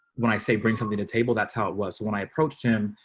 when i say bring somebody to table. that's how it was when i approached him,